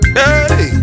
hey